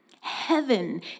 Heaven